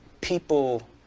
People